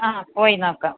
ആ പോയി നോക്കാം